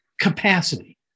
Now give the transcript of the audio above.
capacity